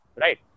right